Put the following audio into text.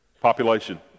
population